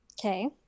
Okay